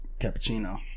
Cappuccino